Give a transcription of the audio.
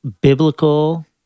biblical